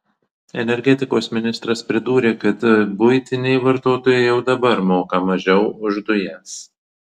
energetikos ministras pridūrė kad buitiniai vartotojai jau dabar moka mažiau už dujas